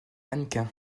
mannequin